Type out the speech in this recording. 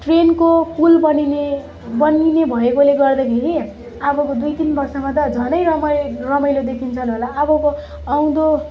ट्रेनको पुल बनिने बनिने भएकोले गर्दाखेरि अबको दुई तिन वर्षमा त झनै रमाइ रमाइलो देखिन्छन् होला अबको आउँदो